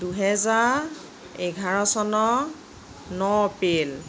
দুহেজাৰ এঘাৰ চনৰ ন এপ্ৰিল